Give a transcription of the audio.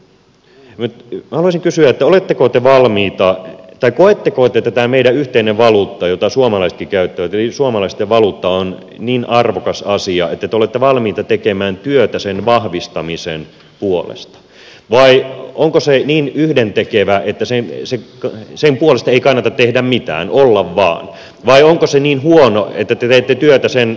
ja nyt haluaisin kysyä koetteko te että tämä meidän yhteinen valuuttamme jota suomalaisetkin käyttävät eli suomalaisten valuutta on niin arvokas asia että te olette valmiita tekemään työtä sen vahvistamisen puolesta vai onko se niin yhdentekevä että sen puolesta ei kannata tehdä mitään olla vain vai onko se niin huono että te teette työtä sen vastustamiseksi